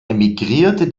emigrierte